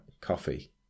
coffee